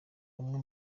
bamwe